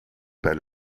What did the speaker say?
per